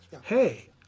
hey